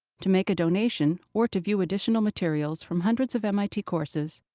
to make a donation or to view additional materials from hundreds of mit courses,